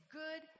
good